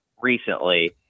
recently